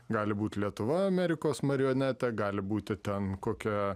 gali būt lietuva amerikos marionetė gali būti ten kokia